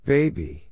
Baby